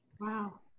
Wow